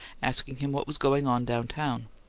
asking him what was going on down-town.